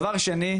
דבר שני,